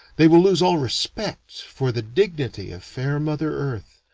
they will lose all respect for the dignity of fair mother earth,